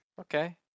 Okay